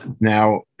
Now